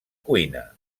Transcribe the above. cuina